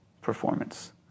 performance